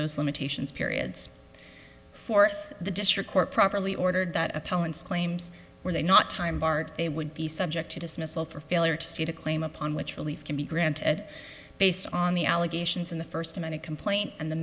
those limitations periods for the district court properly ordered that appellant's claims were they not time barred they would be subject to dismissal for failure to state a claim upon which relief can be granted based on the allegations in the first amount of complaint and the